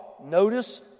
notice